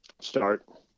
start